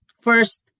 First